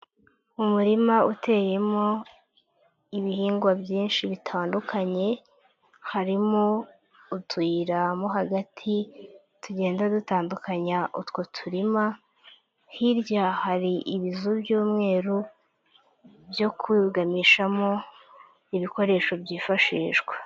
Umurima uteyemo ibihingwa byinshi bitandukanye, harimo utuyira mo hagati tugenda dutandukanya utwo turima, hirya hari ibizu by'umweru byo kugamishamo ibikoresho byifashishwa.